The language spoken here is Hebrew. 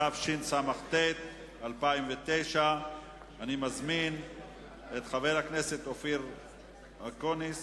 התשס"ט 2009. אני מזמין את חבר הכנסת אופיר אקוניס.